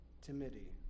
timidity